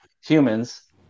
humans